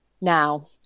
now